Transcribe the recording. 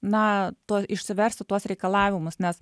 na tuo išsiversti tuos reikalavimus nes